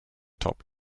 top